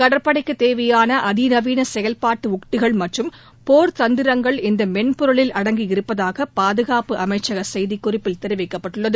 கடற்படைக்குத் தேவையானஅதிநவீனசெயல்பாட்டுஉத்திகள் மற்றும் போர் தந்திரங்கள் இந்தமென்பொருளில் அடங்கியிருப்பதாகபாதுகாப்பு அமைச்சகசெய்திக்குறிப்பில் தெரிவிக்கப்பட்டுள்ளது